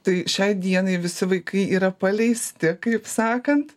tai šiai dienai visi vaikai yra paleisti kaip sakant